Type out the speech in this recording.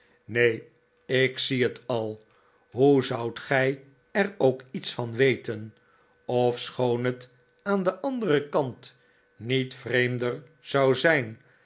neen ik zie het al hoe zoudt gij er ook iets van weten ofschoon bet aan den anderen kant niet vreemder zou zijn